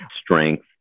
strength